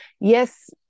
yes